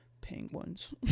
Penguins